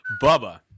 Bubba